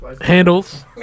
Handles